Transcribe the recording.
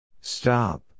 Stop